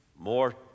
more